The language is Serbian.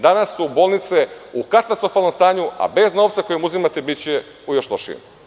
Danas su bolnice u katastrofalnom stanju, a bez novca koji im uzimate biće u još lošijem.